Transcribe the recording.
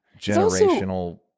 generational